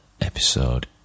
episode